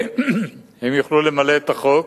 הם יוכלו למלא את החוק,